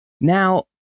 Now